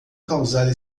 causar